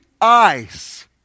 eyes